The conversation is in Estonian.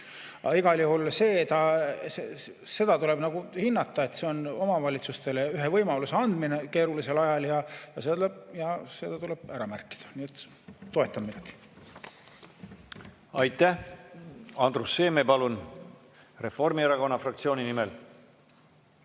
Aga igal juhul tuleb seda hinnata, see on omavalitsustele ühe võimaluse andmine keerulisel ajal, ja seda tuleb ära märkida. Nii et toetan, muidugi. Aitäh! Andrus Seeme, palun, Reformierakonna fraktsiooni nimel!